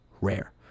rare